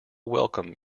welcome